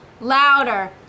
louder